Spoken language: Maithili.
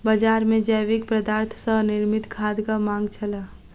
बजार मे जैविक पदार्थ सॅ निर्मित खादक मांग छल